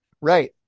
Right